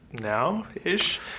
now-ish